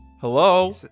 Hello